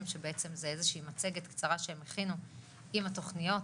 שבעצם זו איזו שהיא מצגת קצרה שהם הכינו עם התכניות.